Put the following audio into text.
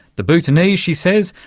the bhutanese, she says,